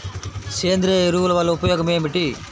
సేంద్రీయ ఎరువుల వల్ల ఉపయోగమేమిటీ?